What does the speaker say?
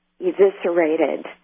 eviscerated